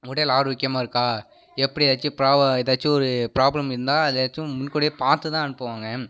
உடல் ஆரோக்கியமாக இருக்கா எப்படியாச்சும் ப்ராவ எதாச்சும் ஒரு ப்ராப்ளம் இருந்தால் எதாச்சும் முன்கூட்டியே பார்த்துதான் அனுப்புவாங்க